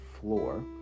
floor